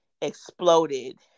exploded